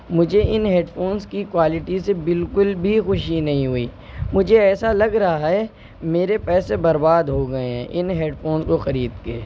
مجھے ان headphones کی کوالٹی سے بالکل بھی خوشی نہیں ہوئی، مجھے ایسا لگ رہا ہے میرے پیسے برباد ہوگئے ہیں ان ہیڈ فونس کو خرید کے